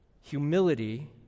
Humility